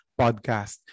podcast